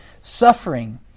suffering